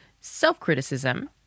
self-criticism